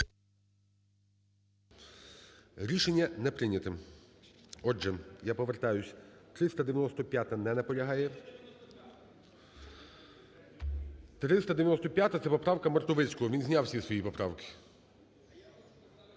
Рішення не прийнято. Отже, я повертаюсь. 395-а. Не наполягає. 395-а, це поправка Мартовицького. Він зняв всі свої поправки.